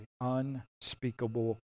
Unspeakable